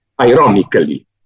ironically